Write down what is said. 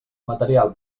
material